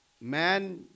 Man